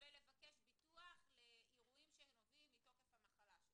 ולבקש ביטוח לאירועים שנובעים מתוקף המחלה שלהם,